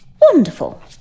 Wonderful